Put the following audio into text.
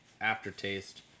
aftertaste